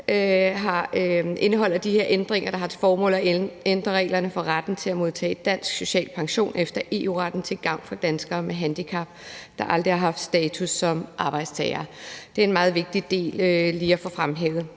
indeholder de her ændringer, der har til formål at ændre reglerne for retten til at modtage dansk social pension efter EU-retten til gavn for danskere med handicap, der aldrig har haft status som arbejdstagere. Det er en meget vigtig del lige at få fremhævet.